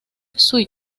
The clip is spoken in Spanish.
está